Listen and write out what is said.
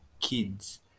kids